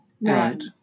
Right